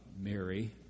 Mary